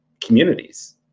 communities